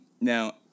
Now